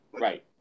right